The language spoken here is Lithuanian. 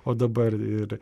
o dabar ir